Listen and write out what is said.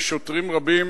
שוטרים רבים